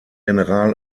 general